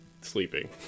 sleeping